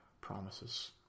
promises